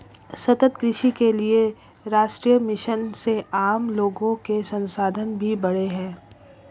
सतत कृषि के लिए राष्ट्रीय मिशन से आम लोगो के संसाधन भी बढ़े है